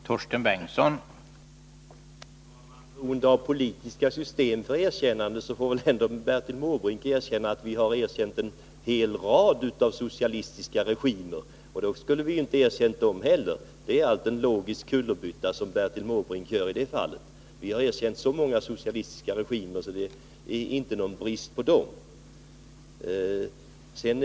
Herr talman! Bertil Måbrink måste väl ändå medge att vi har erkänt en hel rad socialistiska regimer. Hade det varit beroende av politiskt system skulle vi inte ha erkänt dem heller. Det är allt en logisk kullerbytta som Bertil Måbrink gör i det fallet. Vi har erkänt så många socialistiska regimer att det inte är någon brist på sådana erkännanden.